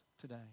today